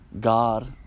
God